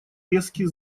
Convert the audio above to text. резкий